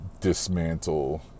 dismantle